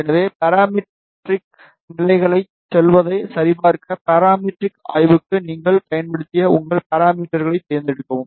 எனவே பாராமெட்ரிக் நிலைகளுக்குச் செல்வதைச் சரிபார்க்க பாராமெட்ரிக் ஆய்வுக்கு நீங்கள் பயன்படுத்திய உங்கள் பாராமீட்டர்க்களைத் தேர்ந்தெடுக்கவும்